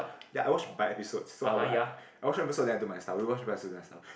ya I watch by episode so I would I I I watch one episode then I do my stuff we watch one episode then I do my stuff